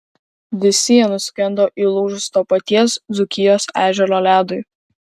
visi jie nuskendo įlūžus to paties dzūkijos ežero ledui